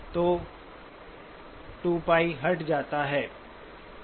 तो 2 π हट जाता है